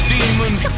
Demons